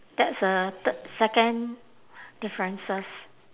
that's a third second differences